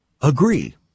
agree